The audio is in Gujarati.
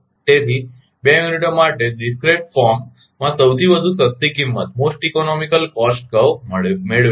તેથી 2 યુનિટો માટે ડીસ્ક્રેટ ફોર્મમાં સૌથી વધુ સસ્તી કિંમત કર્વમોસ્ટ ઇકોનોમીકલ કોસ્ટ કર્વ મેળવેલ છે